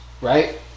right